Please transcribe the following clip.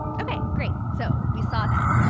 okay great. so we saw that.